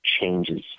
changes